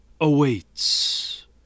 awaits